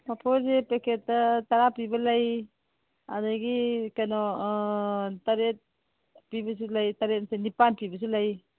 ꯄꯥꯐꯣꯔꯁꯦ ꯄꯦꯛꯀꯦꯠꯇ ꯇꯔꯥ ꯄꯤꯕ ꯂꯩ ꯑꯗꯒꯤ ꯀꯩꯅꯣ ꯑꯥ ꯇꯔꯦꯠ ꯄꯤꯕꯁꯨ ꯂꯩ ꯇꯔꯦꯠ ꯅꯠꯇꯦ ꯅꯤꯄꯥꯟ ꯄꯤꯕꯁꯨ ꯂꯩ